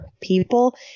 people